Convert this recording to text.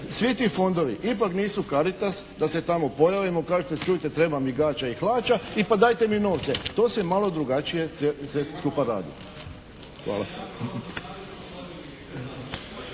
svi ti fondovi ipak nisu Karitas da se tamo pojavimo i kažete čujte treba mi gaća i hlača i pa dajte mi novce. To se malo drugačije sve skupa radi. Hvala.